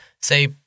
Say